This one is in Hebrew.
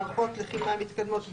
מערכות לחימה מתקדמות בע"מ,